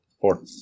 Four